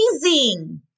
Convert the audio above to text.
amazing